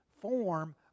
form